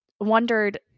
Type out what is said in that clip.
wondered